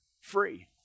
free